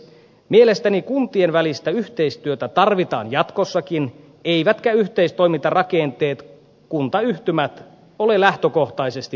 mielestäni kuntien välistä yhteistyötä tarvitaan jatkossakin eivätkä yhteistoimintarakenteet kuntayhtymät ole lähtökohtaisesti negatiivisia